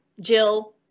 Jill